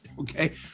okay